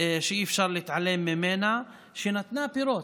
שאי-אפשר להתעלם ממנה, שנתנה פירות.